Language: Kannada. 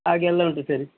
ಹಾಗೆಲ್ಲ ಉಂಟು ಸರ್